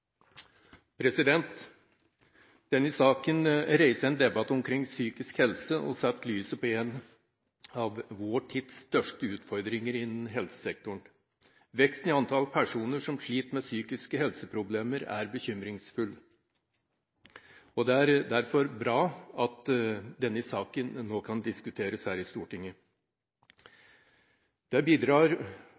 Denne saken reiser en debatt omkring psykisk helse og setter søkelyset på en av vår tids største utfordringer innen helsesektoren. Veksten i antall personer som sliter med psykiske helseproblemer, er bekymringsfull, og det er derfor bra at denne saken nå kan diskuteres her i Stortinget. Det bidrar